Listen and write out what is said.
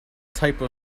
type